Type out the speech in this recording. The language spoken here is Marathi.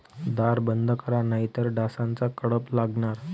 दार बंद करा नाहीतर डासांचा कळप लागणार